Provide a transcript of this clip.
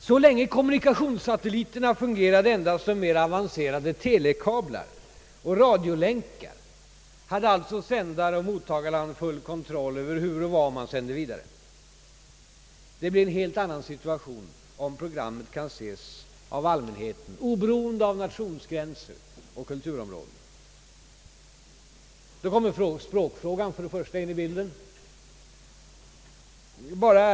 Så länge kommunikationssatelliterna fungerade endast som mer avancerade telekablar och radiolänkar hade alltså sändaroch mottagarland full kontroll över hur och vad man sände vidare. Det blir en helt annan situation om programmen kan ses av allmänheten oberoende av nationsgränser och kulturområden. Då kommer språkfrågan in i bilden.